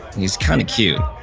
he's kind of cute